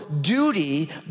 duty